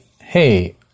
hey